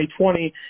2020